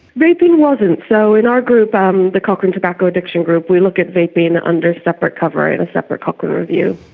vaping wasn't. so in our group, um the cochrane tobacco addiction group we look at vaping under a separate cover in a separate cochrane review.